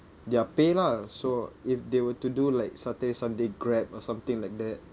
their pay lah so if they were to do like saturday sunday grab or something like that